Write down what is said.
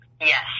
Yes